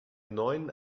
neun